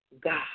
God